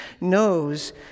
knows